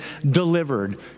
delivered